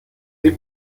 the